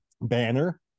banner